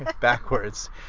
backwards